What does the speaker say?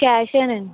క్యాషేనండి